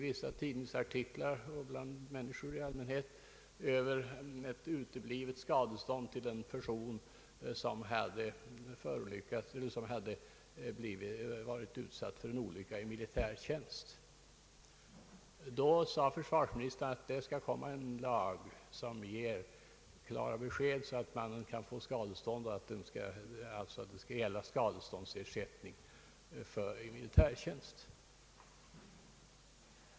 I tidningsartiklar och bland allmänheten har man i år upprörts över uteblivet skadestånd till en person som utsatts för en olycka i samband med militärtjänstgöring. Försvarsministern talade då om att det skulle komma en lag som gav klart besked att ersättning skulle betalas ut vid sådana skador under militärtjänst.